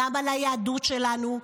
גם על היהדות שלנו,